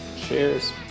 cheers